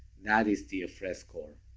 that is the phred score.